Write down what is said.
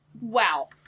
Wow